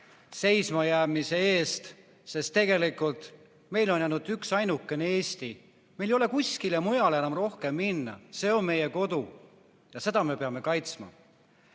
püsimajäämise eest, sest tegelikult meil on ainult üksainukene Eesti, meil ei ole kuskile mujale enam rohkem minna, see on meie kodu ja seda me peame kaitsma. Aga